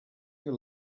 you